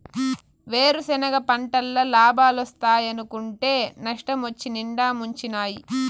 వేరుసెనగ పంటల్ల లాబాలోస్తాయనుకుంటే నష్టమొచ్చి నిండా ముంచినాయి